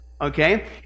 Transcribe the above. okay